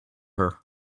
her